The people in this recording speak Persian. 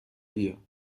بیا